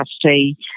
trustee